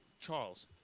Charles